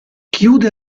chiude